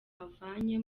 avanye